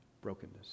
brokenness